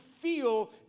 feel